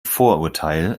vorurteil